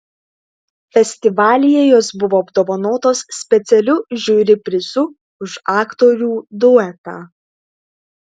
festivalyje jos buvo apdovanotos specialiu žiuri prizu už aktorių duetą